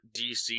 DC